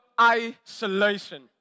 isolation